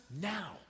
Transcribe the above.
now